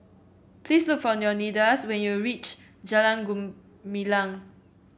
please look for Leonidas when you reach Jalan Gumilang